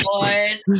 boys